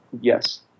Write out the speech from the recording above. Yes